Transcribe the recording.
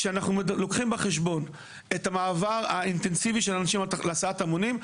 כשאנחנו לוקחים בחשבון את המעבר האינטנסיבי של אנשים להסעת המונים,